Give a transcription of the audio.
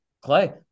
Clay